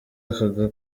aka